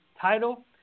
title